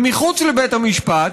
מחוץ לבית המשפט,